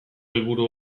helburu